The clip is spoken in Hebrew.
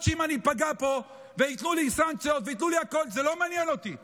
יש להם מספיק עזרה בעולם של